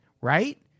Right